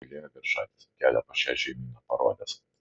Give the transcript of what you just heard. oi pasigailėjo viršaitis kelią pas šią šeimyną parodęs